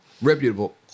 Reputable